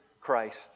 Christ